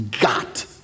got